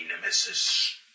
nemesis